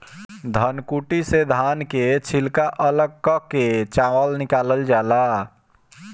धनकुट्टी से धान कअ छिलका अलग कअ के चावल निकालल जाला